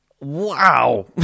Wow